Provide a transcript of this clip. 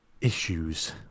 Issues